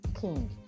king